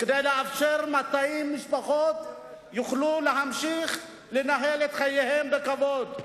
כדי לאפשר ש-200 משפחות יוכלו להמשיך לנהל את חייהן בכבוד.